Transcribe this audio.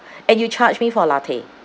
and you charged me for latte